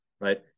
right